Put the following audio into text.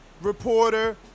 reporter